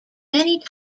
many